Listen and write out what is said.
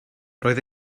roedd